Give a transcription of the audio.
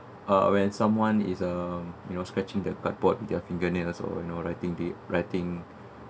uh when someone is um you know scratching the cardboard their fingernails also you know writing the writing